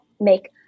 make